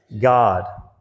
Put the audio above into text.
God